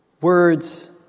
Words